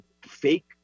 fake